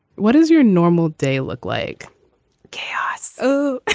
what is your normal day look like chaos oh